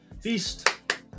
Feast